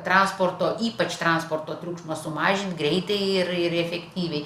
transporto ypač transporto triukšmą sumažint greitai ir ir efektyviai